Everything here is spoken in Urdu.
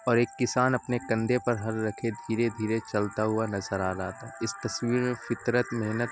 اور ایک کسان اپنے کندھے پر حل رکھے دھیرے دھیرے چلتا ہوا نظر آ رہا تھا اس تصویر میں فطرت محنت